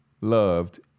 loved